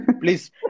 please